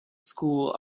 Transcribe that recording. school